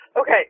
Okay